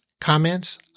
comments